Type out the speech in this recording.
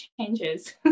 changes